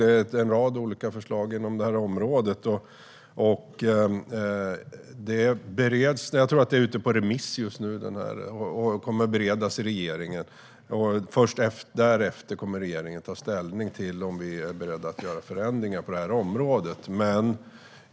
Det är en rad olika förslag inom området. Jag tror att utredningen just nu är ute på remiss, och den kommer att beredas i Regeringskansliet. Först därefter kommer regeringen att ta ställning till om vi är beredda att göra förändringar på området.